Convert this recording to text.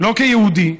לא כיהודי,